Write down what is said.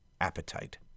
appetite